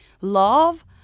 love